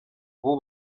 ubu